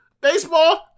baseball